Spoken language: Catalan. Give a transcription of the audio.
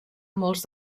molts